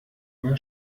mal